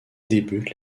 débutent